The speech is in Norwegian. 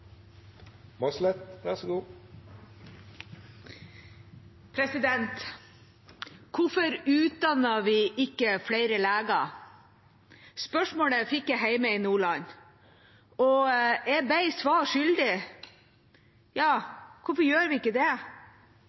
Hvorfor utdanner vi ikke flere leger? Spørsmålet fikk jeg hjemme i Nordland, og jeg ble svar skyldig. Ja, hvorfor gjør vi ikke det?